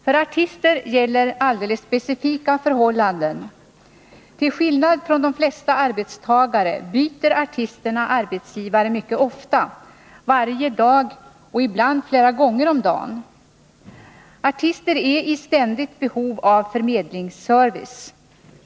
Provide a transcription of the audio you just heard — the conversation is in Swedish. För artister gäller alldeles specifika förhållanden. Till skillnad från de flesta arbetstagare byter artisterna arbetsgivare mycket ofta — varje dag och ibland flera gånger om dagen. Artister är i ständigt behov av förmedlingsservice.